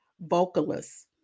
vocalists